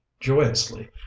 Joyously